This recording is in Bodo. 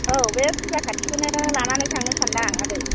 औ बे फुजा खाथिखौनो लानानै थांनो सानदों आं आदै